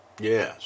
Yes